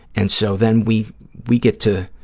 and so then we we get to